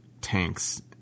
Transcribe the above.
tanks